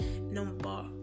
Number